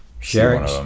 Sharing